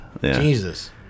Jesus